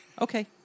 Okay